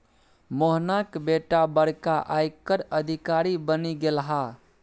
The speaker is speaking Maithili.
मोहनाक बेटा बड़का आयकर अधिकारी बनि गेलाह